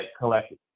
collected